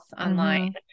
online